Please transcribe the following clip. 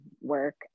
work